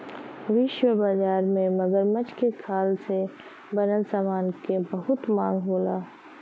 विश्व बाजार में मगरमच्छ के खाल से बनल समान के बहुत मांग होला